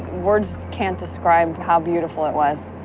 words can't describe how beautiful it was.